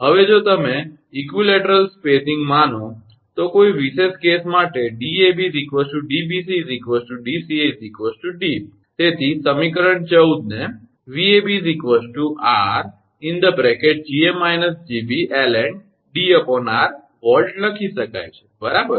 હવે જો તમે સમકાલીન અંતર માની લો તો કોઈ વિશેષ કેસ માટે 𝐷𝑎𝑏 𝐷𝑏𝑐 𝐷𝑐𝑎 𝐷 𝑠𝑎𝑦 કહો તેથી સમીકરણ 14 ને 𝑉𝑎𝑏 𝑟𝐺𝑎−𝐺𝑏ln𝐷𝑟𝑉 લખી શકાય છે બરાબર